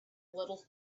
little